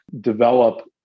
develop